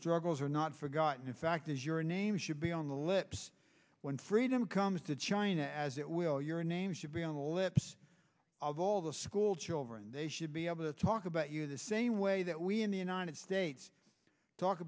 struggles are not forgotten in fact as your name should be on the lips when freedom comes to china as it will your name should be on the lips of all the schoolchildren and they should be able to talk about you the same way that we in the united states talk